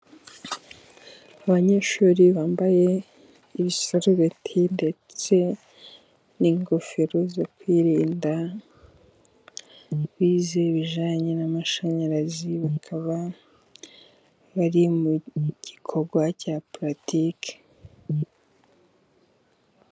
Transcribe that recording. Abanyeshuri bambaye ibisurubeti ndetse n'ingofero zo kwirinda bize ibijyananye n'amashanyarazi, bakaba bari mu gikorwa cya puratike.